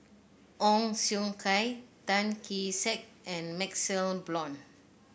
Ong Siong Kai Tan Kee Sek and MaxLe Blond